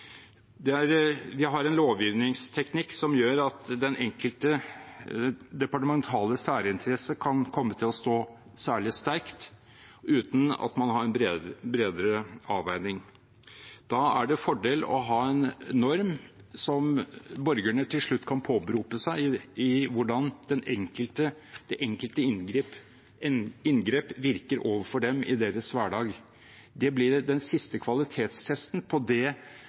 Vi har en lovgivningsteknikk som gjør at den enkelte departementale særinteresse kan komme til å stå særlig sterkt, uten at man har en bredere avveining. Da er det en fordel å ha en norm som borgerne til slutt kan påberope seg, for hvordan det enkelte inngrep virker overfor dem i deres hverdag. Det blir den siste kvalitetstesten på